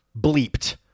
bleeped